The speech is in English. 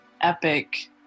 epic